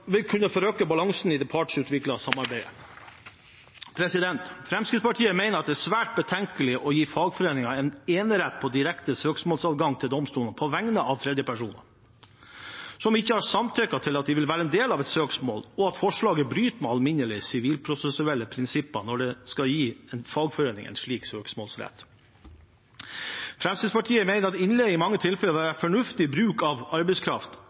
vil kunne forrykke balansen i det partsutviklede samarbeidet. Fremskrittspartiet mener det er svært betenkelig å gi fagforeninger en enerett på direkte søksmålsadgang til domstolene på vegne av tredjepersoner som ikke har samtykket til at de vil være en del av et søksmål, og at forslaget bryter med alminnelige sivilprosessuelle prinsipper når det skal gi en fagforening en slik søksmålsrett. Fremskrittspartiet mener at innleie i mange tilfeller vil være fornuftig bruk av arbeidskraft